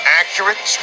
accurate